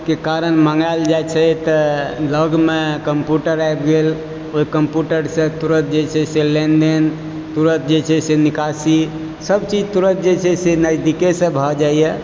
के कारण मंगायल जाइ छै तऽ लग मे कम्प्यूटर आबि गेल ओहि कम्प्यूटर से तुरत जे छै से लेनदेन तुरत जे छै से निकासी सबचीज तुरत जे छै से नजदीके से भऽ जाइया